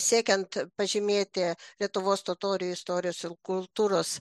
siekiant pažymėti lietuvos totorių istorijos ir kultūros